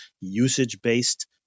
usage-based